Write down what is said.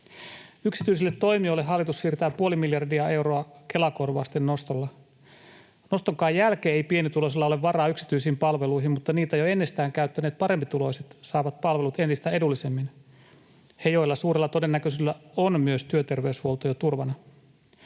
Yksityisille toimijoille hallitus siirtää puoli miljardia euroa Kela-kor- vausten nostolla. Nostonkaan jälkeen ei pienituloisilla ole varaa yksityisiin palveluihin, mutta niitä jo ennestään käyttäneet parempituloiset saavat palvelut entistä edullisemmin, he, joilla suurella todennäköisyydellä on myös työterveyshuolto jo turvana.